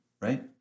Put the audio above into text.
right